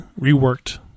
reworked